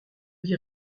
dit